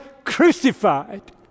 crucified